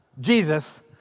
Jesus